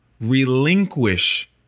relinquish